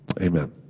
Amen